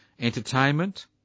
Entertainment